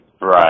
Right